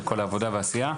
על כל העבודה והעשייה,